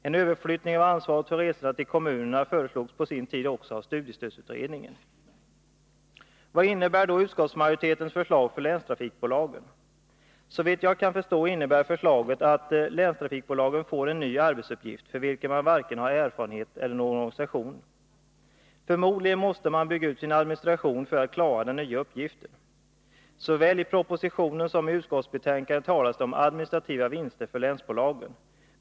En överflyttning av ansvaret för resorna till kommunerna föreslogs på sin tid också av studiestödsutredningen. Vad innebär då utskottsmajoritetens förslag för länstrafikbolagen? Såvitt jag kan förstå innebär förslaget att länstrafikbolagen får en ny arbetsuppgift, för vilken man varken har erfarenhet eller någon organisation. Förmodligen måste man bygga ut sin administration för att klara den nya uppgiften. Såväl i propositionen som i utskottsbetänkandet talas det om administrativa vinster för länsbolagen.